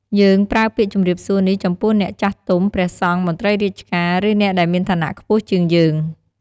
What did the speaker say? យើងប្រើពាក្យជម្រាបសួរនេះចំពោះអ្នកចាស់ទុំ ព្រះសង្ឃ មន្ត្រីរាជការ ឬ អ្នកដែលមានឋានៈខ្ពស់ជាងយើង។